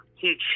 huge